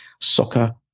Soccer